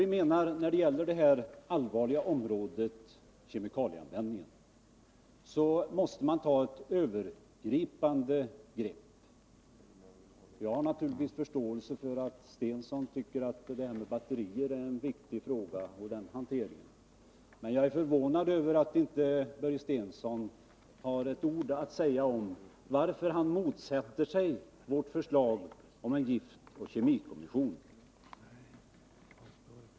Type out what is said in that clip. Vi menar när det gäller det stora område som kemikalieanvändningen utgör att man måste ta ett övergripande grepp. Jag har naturligtvis förståelse för att Börje Stensson tycker att det här med batterier och hanteringen därvidlag är en viktig fråga. Men jag är förvånad över att Börje Stensson inte har ett enda ord att säga om varför han motsätter sig vårt förslag om en giftoch kemikommission.